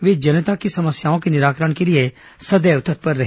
वे जनता की समस्याओं के निराकरण के लिए सदैव तत्पर रहे